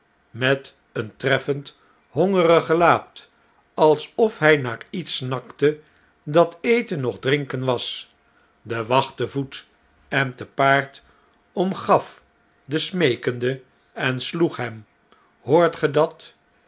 met een treffend hongerig gelaat alsof hjj naar iets snakte dat eten noch drinken was de wacht te voet en te paard omgaf den smeekende en sloeg hem hoort ge dat